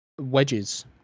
wedges